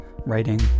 writing